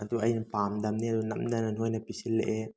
ꯑꯗꯨ ꯑꯩꯅ ꯄꯥꯝꯗꯕꯅꯤ ꯑꯗꯨ ꯅꯝꯗꯅ ꯅꯣꯏꯅ ꯄꯤꯁꯤꯜꯂꯛꯑꯦ